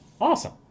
Awesome